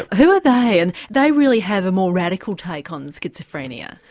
who are they, and they really have a more radical take on schizophrenia?